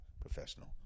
Professional